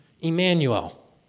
Emmanuel